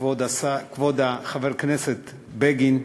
כבוד חבר הכנסת בגין,